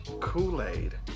Kool-Aid